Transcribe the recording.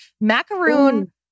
Macaroon